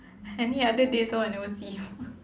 any other days all I never see